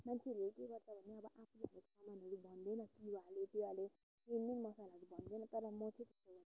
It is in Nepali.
मन्छेहरूले के गर्छ भने अब आफूले हालेको सामानहरू भन्दैन त्यो हालेँ त्यो हालेँ मेन मेन मसलाहरू भन्दैन तर म चाहिँ